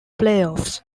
playoffs